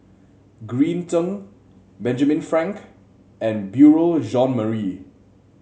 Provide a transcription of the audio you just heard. Green Zeng Benjamin Frank and Beurel Jean Marie